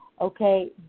okay